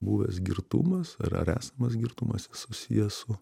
buvęs girtumas ar ar esamas girtumas jis susijęs su